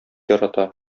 ярата